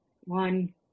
one